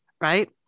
Right